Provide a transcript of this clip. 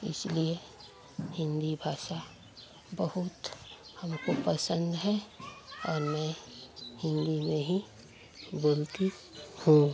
इसलिए हिन्दी भाषा बहुत हमको पसंद है और मैं हिन्दी में ही बोलती हूँ